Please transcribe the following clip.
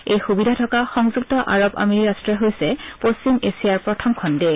এই সুবিধা থকা সংযুক্ত আৰৱ আমিৰি ৰাট্টই হৈছে পশ্চিম এছিয়াৰ প্ৰথমখন দেশ